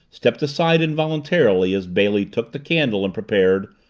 stepped aside involuntarily as bailey took the candle and prepared,